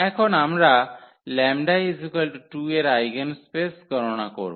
এখন আমরা 𝜆 2 এর আইগেনস্পেস গণনা করব